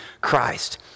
Christ